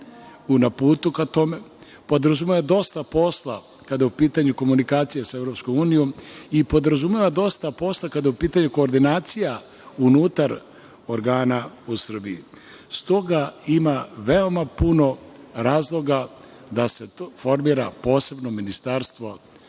na putu ka tome, podrazumeva dosta posla kada je u pitanju komunikacija sa Evropskom unijom i podrazumeva dosta posla kada je u pitanju koordinacija unutar organa u Srbiji. Stoga ima veoma puno razloga da se formira posebno ministarstvo